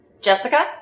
Jessica